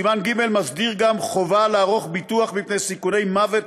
סימן ג' מסדיר גם חובה לערוך ביטוח מפני סיכוני מוות